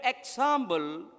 example